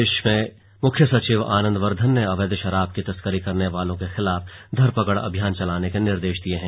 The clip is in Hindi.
प्रदेश के प्रमुख सचिव आनंद वर्धन ने अवैध शराब की तस्करी करने वालों के खिलाफ धरपकड़ अभियान चलाने के निर्देश दिये हैं